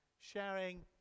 sharing